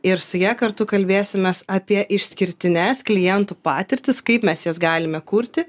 ir su ja kartu kalbėsimės apie išskirtines klientų patirtis kaip mes jas galime kurti